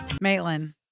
Maitland